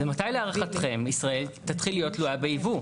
מתי להערכתם ישראל תתחיל להיות תלויה בייבוא?